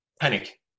panic